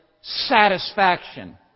satisfaction